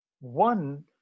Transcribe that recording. One